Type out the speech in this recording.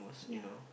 ya